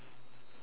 ya